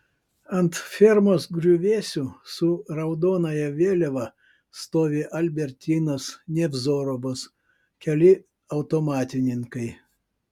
ant fermos griuvėsių su raudonąja vėliava stovi albertynas nevzorovas keli automatininkai